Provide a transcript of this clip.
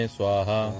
Swaha